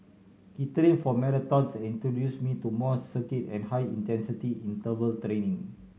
he trill for marathons and introduced me to more circuit and high intensity interval trilling